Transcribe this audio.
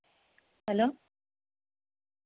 hello